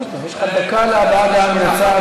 יש לך דקה להבעת דעה מהצד.